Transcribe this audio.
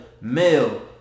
male